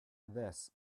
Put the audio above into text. this